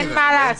אין מה לעשות.